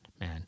man